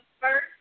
first –